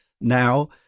now